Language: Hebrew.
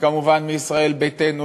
כמובן מישראל ביתנו,